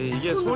yes.